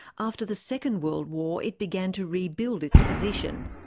after the second world war, it began to rebuild its position.